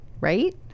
right